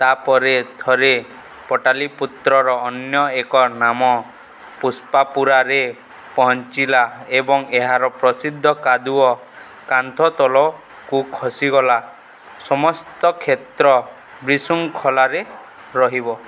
ତା'ପରେ ଥରେ ପଟାଲିପୁତ୍ରର ଅନ୍ୟ ଏକ ନାମ ପୁସ୍ପାପୁରାରେ ପହଞ୍ଚିଲା ଏବଂ ଏହାର ପ୍ରସିଦ୍ଧ କାଦୁଅ କାନ୍ଥ ତଳକୁ ଖସିଗଲା ସମସ୍ତ କ୍ଷେତ୍ର ବିଶୃଙ୍ଖଳାରେ ରହିବ